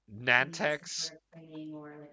Nantex